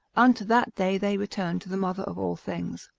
unto that day they return to the mother of all things.